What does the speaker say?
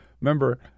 remember